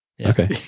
Okay